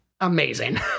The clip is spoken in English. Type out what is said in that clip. amazing